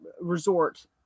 resort